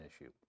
issue